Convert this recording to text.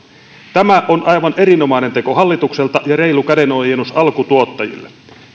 tämä on aivan erinomainen teko hallitukselta ja reilu kädenojennus alkutuottajille